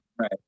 right